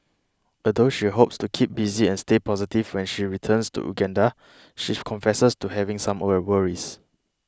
although she hopes to keep busy and stay positive when she returns to Uganda she confesses to having some were worries